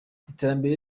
iterambere